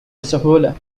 بسهولة